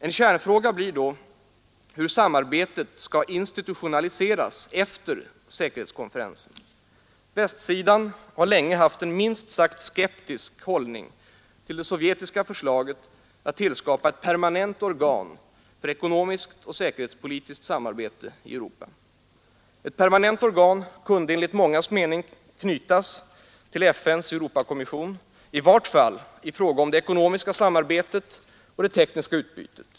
En kärnfråga blir då hur samarbetet skall institutionaliseras efter säkerhetskonferensen, Västsidan har länge haft en minst sagt skeptisk hållning till det sovjetiska förslaget att tillskapa ett permanent organ för ekonomiskt och säkerhetspolitiskt samarbete i Europa. Ett permanent organ kunde enligt mångas mening knytas till FN:s Europakommission, i vart fall i fråga om det ekonomiska samarbetet och det tekniska utbytet.